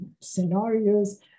scenarios